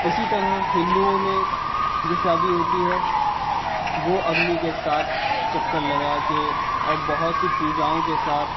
اسی طرح ہندؤوں میں جو شادی ہوتی ہے وہ اگنی کے سات چکر لگا کے اور بہت سی پوجاؤں کے ساتھ